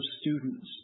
students